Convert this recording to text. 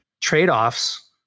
trade-offs